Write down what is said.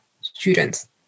students